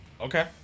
Okay